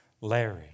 Larry